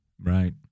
Right